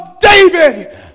David